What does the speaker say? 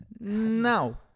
No